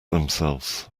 themselves